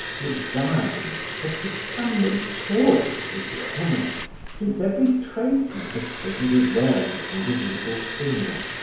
the diamond has become notoriously common since every tradesman has taken to wearing it on his little finger.